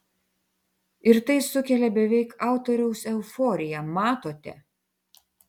ir tai sukelia beveik autoriaus euforiją matote